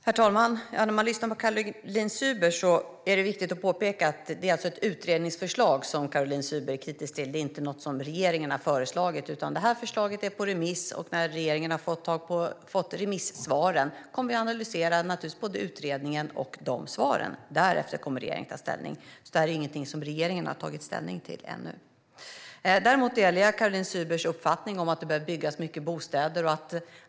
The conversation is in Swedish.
Herr talman! Efter att ha lyssnat på Caroline Szyber tycker jag att det är viktigt att påpeka att det är ett utredningsförslag som hon är kritisk till. Detta är ingenting som regeringen har lagt fram, utan det här förslaget är ute på remiss. När regeringen har fått remissvaren kommer den naturligtvis att analysera både utredningen och dessa svar. Därefter kommer regeringen att ta ställning. Det här är alltså inget som regeringen ännu har tagit ställning till. Däremot delar jag Caroline Szybers uppfattning att det behöver byggas mycket bostäder.